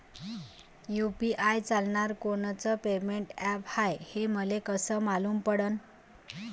UPI चालणारं कोनचं payment app हाय, हे मले कस मालूम पडन?